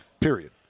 period